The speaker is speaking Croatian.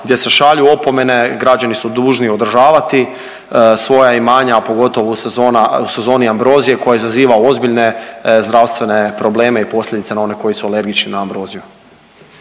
gdje se šalju opomene, građani su dužni održavati svoja imanja, a pogotovo u sezona, sezoni ambrozije koja izaziva ozbiljne zdravstvene probleme i posljedice na one koji su alergični na ambroziju.